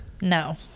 no